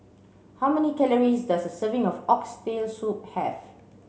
how many calories does a serving of oxtail soup have